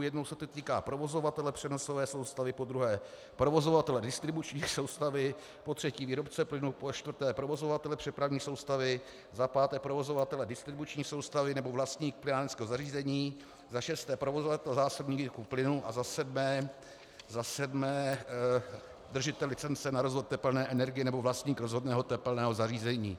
Jednou se to týká provozovatele přenosové soustavy, podruhé provozovatele distribuční soustavy, potřetí výrobce plynu, počtvrté provozovatele přepravní soustavy, za páté provozovatele distribuční soustavy nebo vlastníka plynárenského zařízení, za šesté provozovatelů zásobníků plynu a za sedmé držitele licence na rozvod tepelné energie nebo vlastníka rozhodného tepelného zařízení.